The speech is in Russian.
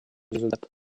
результат